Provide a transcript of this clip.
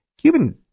Cuban